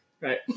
Right